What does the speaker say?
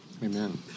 Amen